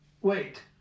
wait